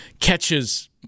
catches